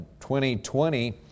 2020